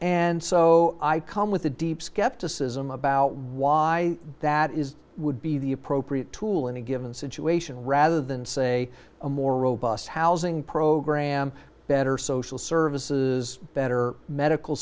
and so i come with a deep skepticism about why that is would be the appropriate tool in a given situation rather than say a more robust housing program better social services better medical